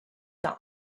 dans